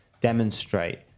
demonstrate